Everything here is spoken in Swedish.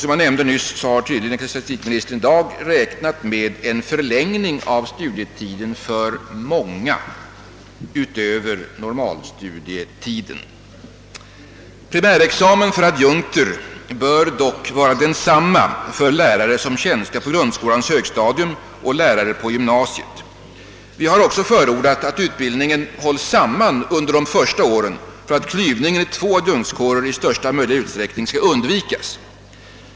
Som jag nämnde räknar ecklesiastikministern tydligen också med en förlängning av studietiden för många utöver normalstudietiden. Primärexamen för adjunkter bör dock vara densamma för lärare som tjänstgör på grundskolans högstadium och lärare på gymnasiet. Vi har också förordat att utbildningen skall hållas samman under de första åren för att klyvningen i två adjunktskårer i största möjliga utsträckning skall undvikas.